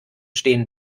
stehen